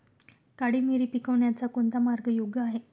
काळी मिरी पिकवण्याचा कोणता मार्ग योग्य आहे?